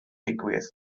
digwydd